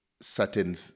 certain